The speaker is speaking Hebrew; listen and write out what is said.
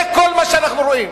זה כל מה שאנחנו רואים.